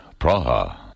Praha